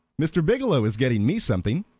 mr. biggielow is getting me something.